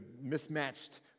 mismatched